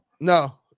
no